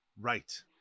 Right